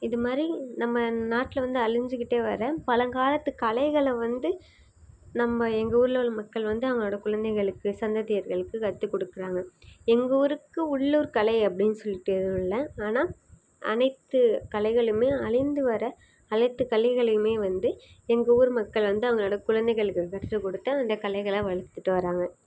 இது மாதிரி நம்ம நாட்டில் வந்து அழிஞ்சுக்கிட்டே வர பழங்காலத்து கலைகளை வந்து நம்ம எங்கள் ஊரில் உள்ள மக்கள் வந்து அவங்களோட குழந்தைகளுக்கு சந்ததியர்களுக்கு கற்றுக் கொடுக்குறாங்க எங்கள் ஊருக்கு உள்ளூர் கலை அப்படின்னு சொல்லிட்டு எதுவும் இல்லை ஆனால் அனைத்து கலைகளுமே அழிந்து வர அனைத்து கலைகளையுமே வந்து எங்கள் ஊர் மக்கள் வந்து அவங்களோட குழந்தைகளுக்கு கற்றுக் கொடுத்து அந்த கலைகளை வளர்த்துட்டு வராங்க